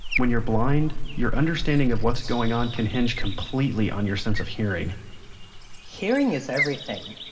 when you're blind, your understanding of what's going on can hinge completely on your sense of hearing hearing is everything.